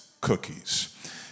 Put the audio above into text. cookies